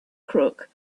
crook